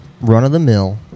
run-of-the-mill